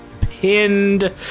pinned